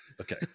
Okay